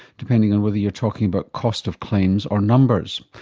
depending on whether you're talking about cost of claims or numbers.